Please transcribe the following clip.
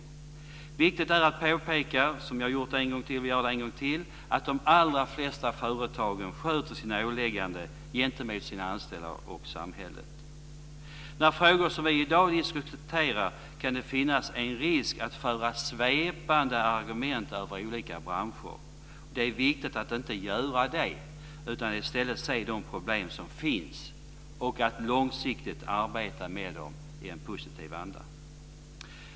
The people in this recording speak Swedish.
Det är viktigt att påpeka - jag har gjort det en gång tidigare, och jag gör det en gång till - att de allra flesta företagen sköter sina åligganden gentemot sina anställda och samhället. När det gäller de frågor som vi i dag diskuterar, kan det finnas en risk att föra svepande argument över olika branscher. Det är viktigt att inte göra det utan i stället se de problem som finns och långsiktigt arbeta med dem i en positiv anda.